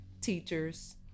teachers